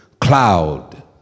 cloud